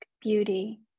beauty